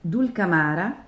Dulcamara